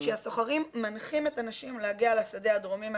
שהסוחרים מנחים את הנשים להגיע לשדה הדרומי,